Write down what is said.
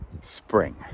spring